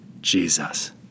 Jesus